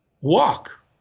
Walk